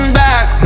back